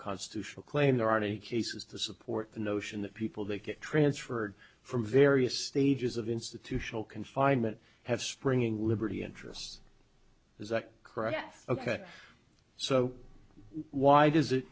constitutional claim there are any cases to support the notion that people that get transferred from various stages of institutional confinement have springing liberty interests is that correct ok so why does it